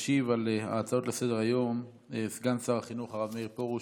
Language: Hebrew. ישיב על ההצעות לסדר-היום סגן שר החינוך הרב מאיר פרוש.